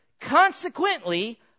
consequently